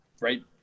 right